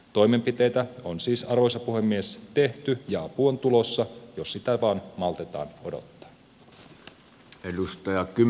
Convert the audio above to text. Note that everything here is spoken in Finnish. toimenpiteitä on siis arvoisa puhemies tehty ja apu on tulossa jos sitä vain maltetaan odottaa